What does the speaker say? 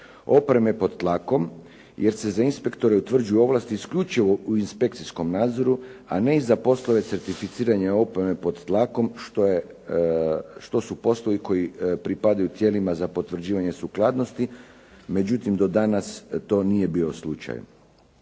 opreme pod tlakom jer se za inspektore utvrđuju ovlasti isključivo u inspekcijskom nadzoru, a ne i za poslove certificiranja opreme pod tlakom što su poslovi koji pripadaju tijelima za potvrđivanje sukladnosti. Međutim, do danas to nije bio slučaj.